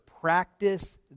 practice